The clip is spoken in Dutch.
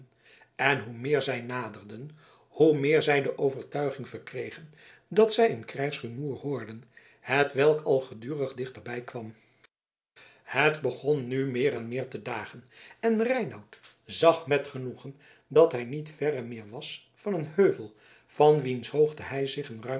en hoe meer zij naderden hoe meer zij de overtuiging verkregen dat zij een krijgsrumoer hoorden hetwelk al gedurig dichterbij kwam het begon nu meer en meer te dagen en reinout zag met genoegen dat hij niet verre meer was van een heuvel van wiens hoogte hij zich